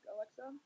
Alexa